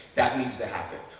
that needs to happen.